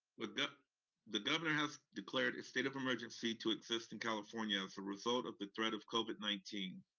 but the the governor has declared a state of emergency to exist in california as a result of the threat of covid nineteen.